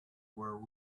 were